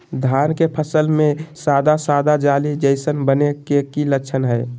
धान के फसल में सादा सादा जाली जईसन बने के कि लक्षण हय?